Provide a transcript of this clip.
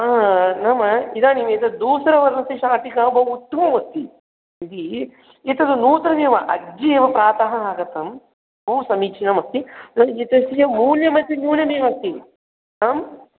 नाम इदानीम् एतत् धूसरवर्णस्य शाटिका बहु उत्तमम् अस्ति यदि एतत् नूतनमेव अद्यैव प्रातः आगतं बहुसमीचीनम् अस्ति तत् एतस्य मूल्यमपि न्यूनम् एव अस्ति आम्